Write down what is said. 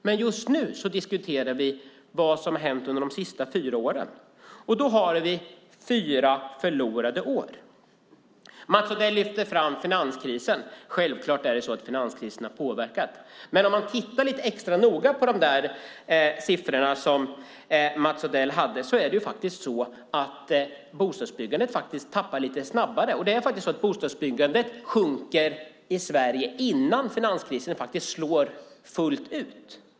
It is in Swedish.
Men just nu diskuterar vi vad som hänt under de senaste fyra åren, och det är fyra förlorade år. Mats Odell lyfter fram finanskrisen. Självklart har finanskrisen påverkat. Men om man tittar extra noga på de där siffrorna som Mats Odell hade ser man faktiskt att bostadsbyggandet sjunker lite snabbare. Bostadsbyggandet sjunker i Sverige innan finanskrisen slår fullt ut.